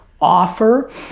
offer